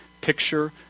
picture